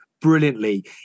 brilliantly